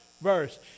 verse